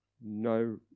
no